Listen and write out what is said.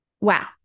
Wow